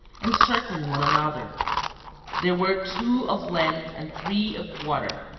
encircling one another there were two of land and three of water.